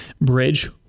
bridge